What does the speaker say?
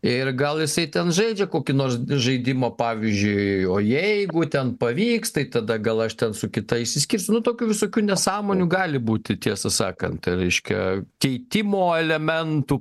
ir gal jisai ten žaidžia kokį nors žaidimą pavyzdžiui o jeigu ten pavyks tai tada gal aš ten su kita išsiskirsiu nu tokių visokių nesąmonių gali būti tiesą sakant reiškia keitimo elementų